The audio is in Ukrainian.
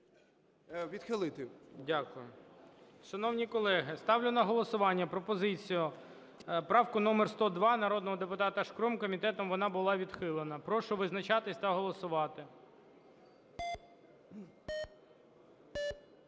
ГОЛОВУЮЧИЙ. Дякую. Шановні колеги, ставлю на голосування пропозицію правку номер 102 народного депутата Шкрум, комітетом вона була відхилена. Прошу визначатися та голосувати.